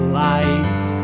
lights